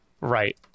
right